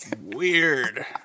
Weird